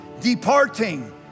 Departing